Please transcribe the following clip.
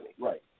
Right